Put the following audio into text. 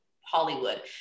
Hollywood